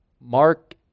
Mark